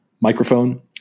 microphone